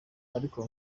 ariko